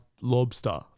lobster